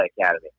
Academy